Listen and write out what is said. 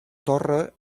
torre